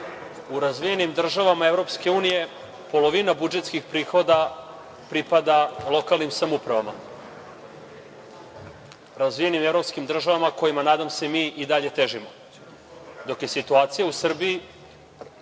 u razvijenim državama EU polovina budžetskih prihoda pripada lokalnim samoupravama, u razvijenim evropskim državama kojima nadam se mi i dalje težimo, dok je situacija u Srbiji